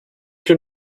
can